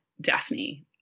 Daphne